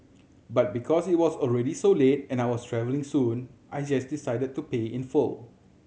but because it was already so late and I was travelling soon I just decided to pay in full